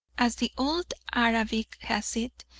as the old arabic has it,